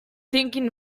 thinking